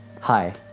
Hi